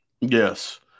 Yes